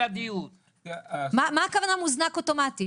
מה הכוונה מוזנק אוטומטי?